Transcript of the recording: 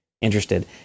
interested